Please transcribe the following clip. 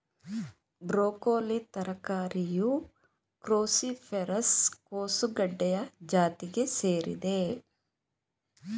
broccoli ತರಕಾರಿಯು cruciferous ಕೋಸುಗಡ್ಡೆಯ ಜಾತಿಗೆ ಸೇರಿದೆ